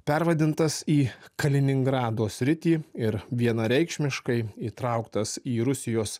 pervadintas į kaliningrado sritį ir vienareikšmiškai įtrauktas į rusijos